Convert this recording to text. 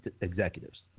executives